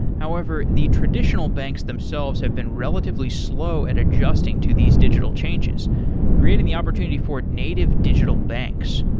however, the traditional banks themselves have been relatively slow at adjusting to these digital changes creating the opportunity for native digital banks,